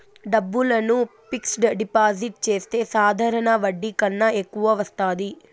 డబ్బులను fixed deposit చేస్తే సాధారణ వడ్డీ కన్నా ఎక్కువ వత్తాది